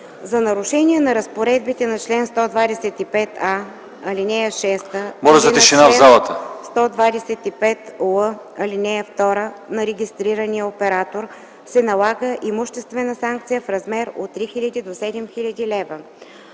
За нарушение на разпоредбите на чл. 125а, ал. 6 или на чл. 125л, ал. 2 на регистрирания оператор се налага имуществена санкция в размер от 3000 до 7000 лв.